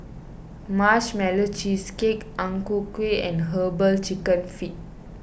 Marshmallow Cheesecake Ang Ku Kueh and Herbal Chicken Feet